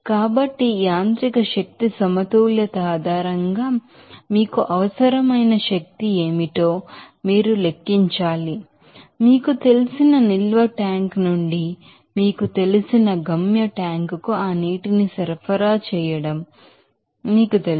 కాబట్టి ఈ mechanical energy balance ఆధారంగా మీకు అవసరమైన శక్తి ఏమిటో మీరు లెక్కించాలి మీకు తెలిసిన నిల్వ ట్యాంక్ నుండి మీకు తెలిసిన గమ్య ట్యాంక్ కు ఆ నీటిని సరఫరా చేయడం మీకు తెలుసు